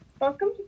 Welcome